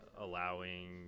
allowing